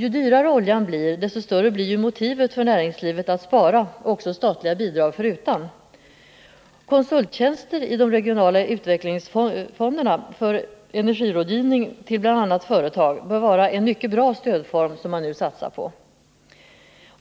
Ju dyrare oljan blir, desto större blir ju motivet för näringslivet att spara, också statliga bidrag förutan. Konsulttjänster i de regionala utvecklingsfonderna för energirådgivning till bl.a. företag bör vara en mycket bra stödform som man nu satsar på.